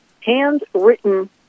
handwritten